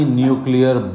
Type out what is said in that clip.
nuclear